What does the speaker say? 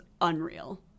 unreal